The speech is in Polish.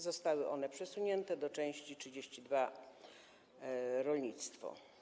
Zostały one przesunięte do części 32: Rolnictwo.